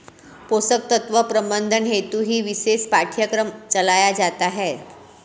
पोषक तत्व प्रबंधन हेतु ही विशेष पाठ्यक्रम चलाया जाता है